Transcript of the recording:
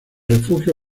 refugio